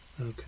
Okay